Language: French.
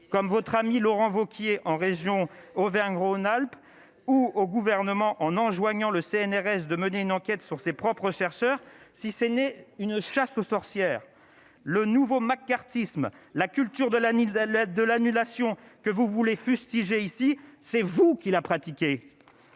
comme votre ami Laurent Wauquiez en région Auvergne-Rhône-Alpes ou au gouvernement, en enjoignant le CNRS de mener une enquête sur ses propres chercheurs si ce n'est une chasse aux sorcières, le nouveau maccarthysme la culture de la mise à l'aide de l'annulation que vous voulez, fustigeait ici c'est vous qui l'a pratiqué